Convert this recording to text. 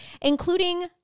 including